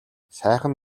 сайхан